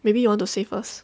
maybe you want to say first